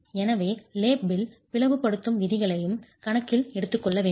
எனவே லேப் பில் பிளவுபடுத்தும் விதிகளையும் கணக்கில் எடுத்துக்கொள்ள வேண்டும்